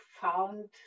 found